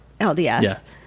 LDS